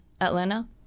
Atlanta